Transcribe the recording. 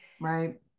right